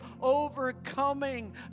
overcoming